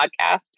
podcast